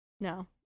No